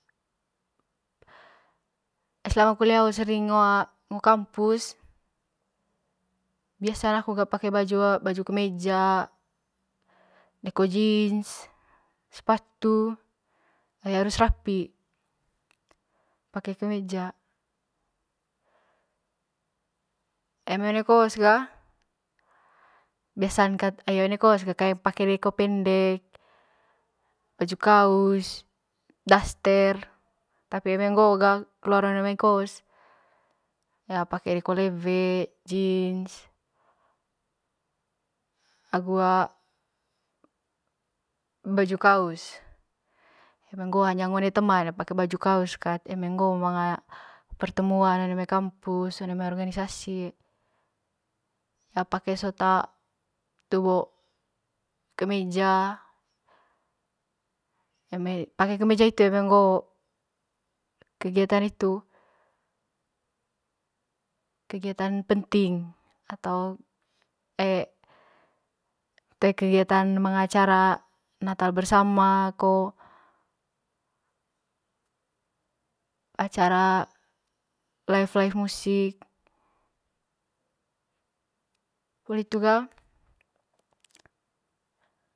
Ai selama kulia ho ngo a ngo kampus biasan aku ga pake baju kemeja deko jins sepatu ai harus rapi pake kemeja eme one kos ga biasan kat ai one kos ga pake deko pendek baju kaus daster ttapi eme ngoo bo ga keluar one mai kos hia pake deko lewe jins agu a baju kaus eme ngoo hanya ngo one teman pake baju kaus kat eme ngoo manga pertemuan one mai kampus one mai organisasi pake sot a hitu bo kemeja pake kemeja hitu eme ngoo kegitan hitu kegiatan penting atau toe kegitan manga acara bersama ko acara laif laif musik poli hitu ga